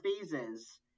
phases